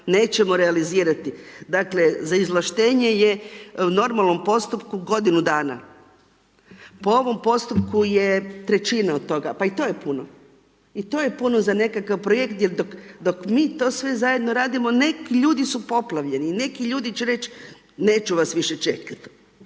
nećemo realizirati. Dakle, za izvlaštenje je u normalnom postupku godinu dana. Po ovom postupku je trećina od toga, pa i to je puno. To je puno za nekakav projekt, jer dok mi to sve zajedno radimo, neki, ljudi su poplavljeni, ljudi će reći neću vas više čekati,